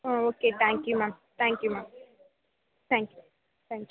O okay thank you ma'am thank you ma'am thank you thank you